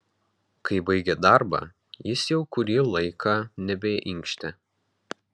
kai baigė darbą jis jau kurį laiką nebeinkštė